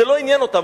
זה לא עניין אותם,